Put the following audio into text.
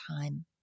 time